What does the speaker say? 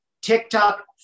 TikTok